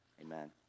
Amen